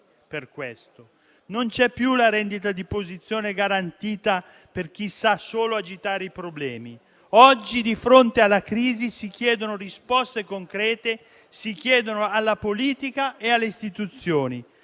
per questo. Non c'è la rendita di posizione garantita per chi sa solo agitare i problemi. Oggi, di fronte alla crisi, si chiedono risposte concrete alla politica e alle istituzioni.